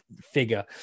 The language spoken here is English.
figure